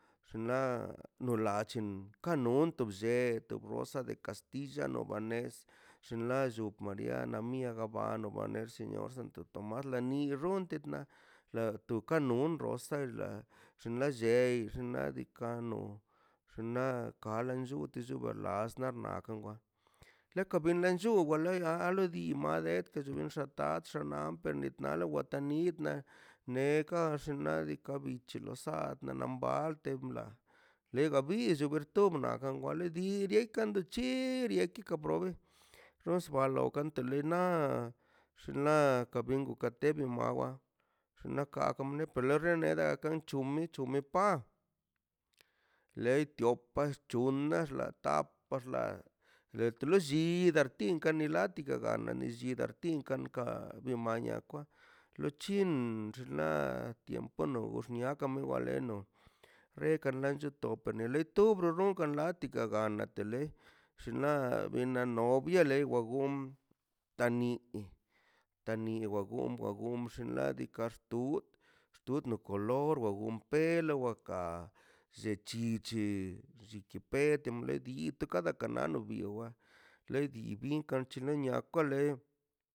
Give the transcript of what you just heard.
Xinla do nache kan noto blle to gosa kastilla ba nez xinlallo xap mariana bano banexi tomas ni la runa la tuka no rosa la xinla lle nadika no xna kalen llu lluba lasna na chuka walan llu waka la madet liga ta xax nan per litadawa wata nidna tekan xinladika te lo sad denambalte mna liga brirch liga bto tunan bigale dirie chirie aki ros wale kantele na xinla liendo kite mo maw xinle ka duneto ka re neda chup umi na pa le tipa chun tax la tap xla to lo lli karti tanka bi maya kwa lo chin xnaꞌ dia tiempo no xniaka bi waleno rekan lo llato lene rtobo le tukan latigaga natele xinla benan novia lewa gon tanii wawongo gum xinladika kaxtud xtudno kolor wa gun pelo ka llechi chi llichi peguen it tokana panano guid towa leid di inkan chinie led kale